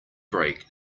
break